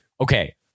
okay